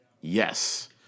Yes